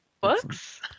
books